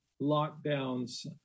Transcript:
lockdowns